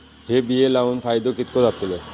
हे बिये लाऊन फायदो कितको जातलो?